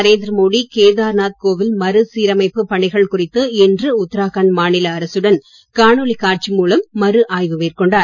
நரேந்திர மோடி கேதார்நாத் கோவில் மறு சீரமைப்பு பணிகள் குறித்து இன்று உத்தராகண்ட் மாநில அரசுடன் காணொளி காட்சி மூலம் மறு ஆய்வு மேற்கொண்டார்